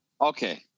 Okay